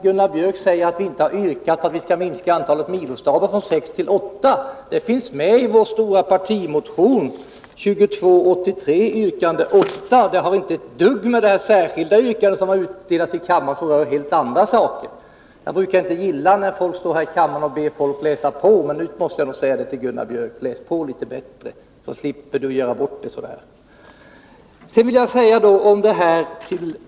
Gunnar Björk säger att vi inte yrkat att man skall minska antalet milostaber från sex till fyra. Detta finns med i vår stora partimotion nr 2283, yrkande 8. Det har inte ett dugg att göra med det särskilda yrkande som vi delat ut i kammaren, som berör helt andra saker. Jag brukar inte gilla när någon står här i kammaren och ber folk läsa på, men nu måste jag nog säga det till Gunnar Björk. Han bör läsa på litet bättre för att slippa göra bort sig så där.